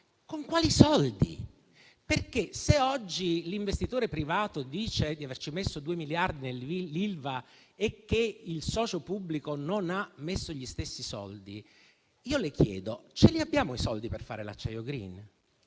con quali soldi? Se oggi l'investitore privato dice di aver messo 2 miliardi nell'Ilva e che il socio pubblico non ha messo gli stessi soldi, io le chiedo: abbiamo i soldi per fare l'acciaio *green*?